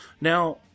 now